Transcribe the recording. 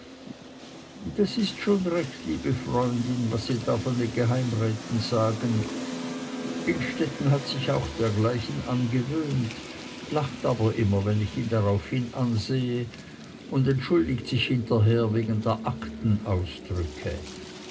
das ist schon recht liebe freundin was sie da von den geheimräten sagen innstetten hat sich auch dergleichen angewöhnt lacht aber immer wenn ich ihn daraufhin ansehe und entschuldigt sich hinterher wegen der